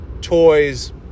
toys